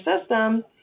system